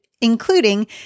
including